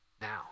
now